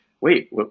wait